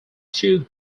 two